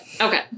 Okay